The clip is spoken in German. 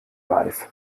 weiß